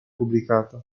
pubblicata